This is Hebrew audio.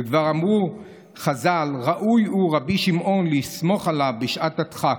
וכבר אמרו חז"ל: "ראוי הוא רבי שמעון לסמוך עליו בשעת הדחק",